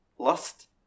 lust